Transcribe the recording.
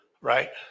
right